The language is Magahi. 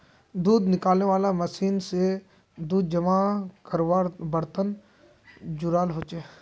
दूध निकालनेवाला मशीन से दूध जमा कारवार बर्तन जुराल होचे